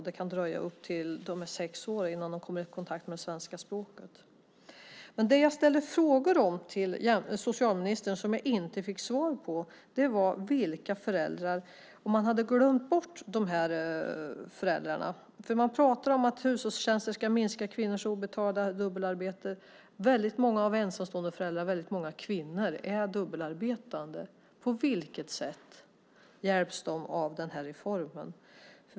Det kan dröja upp till dess att barnen är sex år innan de kommer i kontakt med det svenska språket. Jag ställde frågor till socialministern som jag inte fick svar på om vilka föräldrar det här gäller. Har ministern glömt bort de här föräldrarna? Man pratar om att hushållstjänster ska minska kvinnors obetalda dubbelarbete. Många ensamstående föräldrar och många kvinnor är dubbelarbetande. På vilket sätt hjälps de av den här reformen?